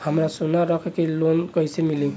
हमरा सोना रख के लोन कईसे मिली?